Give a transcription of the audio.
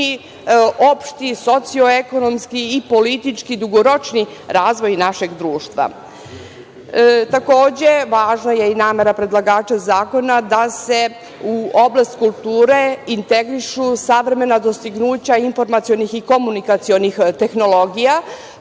opšti, socio-ekonomski i politički dugoročni razvoj našeg društva. Takođe, važna je i namera predlagača zakona da se u oblast kulture integrišu savremena dostignuća informacionih i komunikacionih tehnologija,